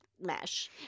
mesh